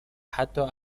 حتا